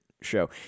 show